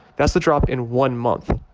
that's the drop in one month.